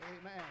amen